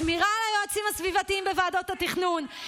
שמירה על היועצים הסביבתיים בוועדות התכנון.